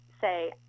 Say